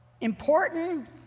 important